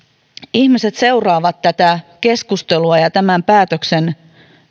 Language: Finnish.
ihmiset seuraavat tätä keskustelua ja tämän päätöksen